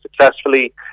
successfully